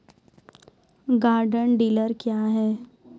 Garden tiller क्या हैं?